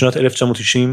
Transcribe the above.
בשנת 1990,